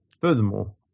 Furthermore